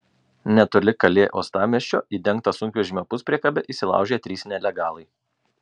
netoli kalė uostamiesčio į dengtą sunkvežimio puspriekabę įsilaužė trys nelegalai